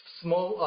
small